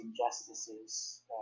injustices